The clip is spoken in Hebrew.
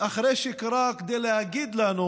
אחרי שהוא קרא כדי להגיד לנו